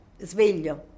sveglio